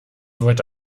wollte